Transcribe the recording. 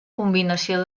combinació